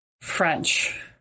French